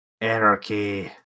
Anarchy